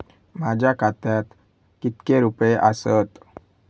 माझ्या खात्यात कितके रुपये आसत?